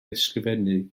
ysgrifennu